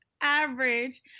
average